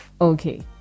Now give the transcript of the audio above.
okay